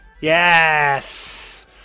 Yes